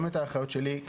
גם את האחיות שלי,